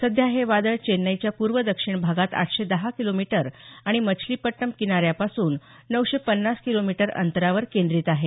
सध्या हे वादळ चेन्नईच्या पूर्व दक्षिण भागात आठशे दहा किलोमीटर आणि मछलीपट्टम किनाऱ्यापासून नऊशे पन्नास किलोमीटर अंतरावर केंद्रीत आहे